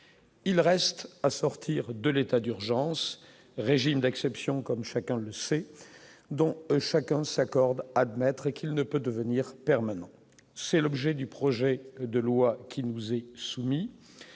il reste à sortir de l'état d'urgence, régime d'exception, comme chacun le sait, dont chacun s'accorde à admettre qu'il ne peut devenir permanent, c'est l'objet du projet de loi qui nous est soumis,